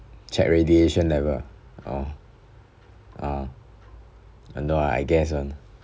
check radiation level orh ah dont't know ah I guess one